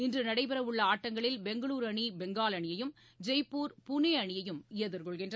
இன்று நடைபெறவுள்ள ஆட்டங்களில் பெங்களுரு அணி பெங்கால் அணியையும் ஜெய்ப்பூர் புனே அணியையும் எதிர்கொள்கின்றன